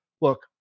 Look